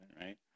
right